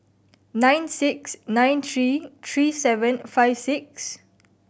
nine six nine three three seven five six